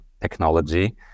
technology